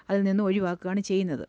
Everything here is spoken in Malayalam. അതിൽ നിന്ന് ഒഴിവാക്കുകയാണ് ചെയ്യുന്നത്